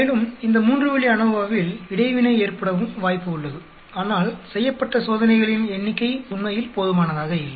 மேலும் இந்த மூன்று வழி அநோவாவில் இடைவினை ஏற்படவும் வாய்ப்பு உள்ளது ஆனால் செய்யப்பட்ட சோதனைகளின் எண்ணிக்கை உண்மையில் போதுமானதாக இல்லை